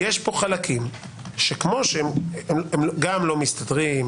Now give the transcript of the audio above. יש פה חלקים שהם גם לא מסתדרים,